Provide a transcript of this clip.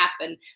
happen